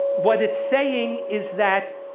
what it's saying is that